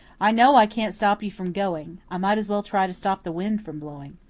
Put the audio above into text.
i know i can't stop you from going. i might as well try to stop the wind from blowing.